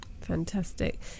Fantastic